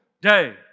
day